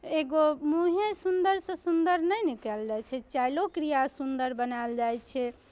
एगो मूँहे सुन्दरसँ सुन्दर ने कयल जाइ छै चालिओ क्रिया सुन्दर बनायल जाइ छै